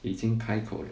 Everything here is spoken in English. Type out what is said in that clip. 已经开口 liao